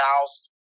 house